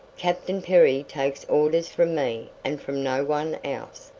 captain perry takes orders from me and from no one else.